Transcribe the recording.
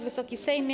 Wysoki Sejmie!